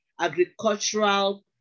agricultural